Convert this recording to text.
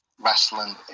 wrestling